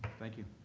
thank you.